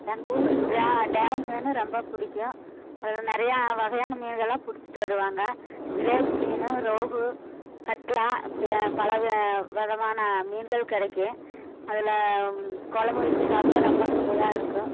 எங்கள் ஊர் டேம் டேமுன்னு ரொம்ப பிடிக்கும் அதுவும் நிறையா வகையான மீனுங்கெலாம் பிடிச்சிட்டு வருவாங்க ஜிலேப்பி மீன் ரோகு கட்லா அப்படி பல விதமான மீன்கள் கிடைக்கும் அதில் குழம்பு வச்சு சாப்பிட்டா ரொம்ப சுவையாக இருக்கும்